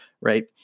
right